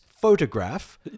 photograph